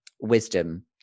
wisdom